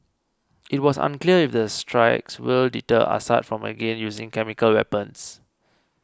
it was unclear if the strikes will deter Assad from again using chemical weapons